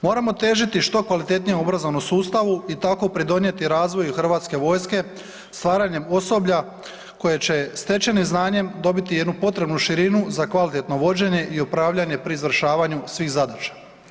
Moramo težiti što kvalitetnijem obrazovnom sustavu i tako pridonijeti razvoju HV-u stvaranjem osoblja koje će stečenim znanjem dobiti jednu potrebnu širinu za kvalitetno vođenje i upravljanje pri izvršavanju svih zadaća.